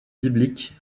bibliques